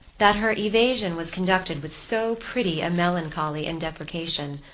that her evasion was conducted with so pretty a melancholy and deprecation,